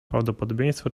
prawdopodobieństwo